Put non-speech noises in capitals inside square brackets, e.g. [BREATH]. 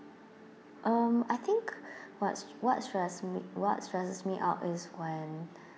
um I think [BREATH] what st~ what stress me what stresses me out is when